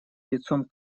лицом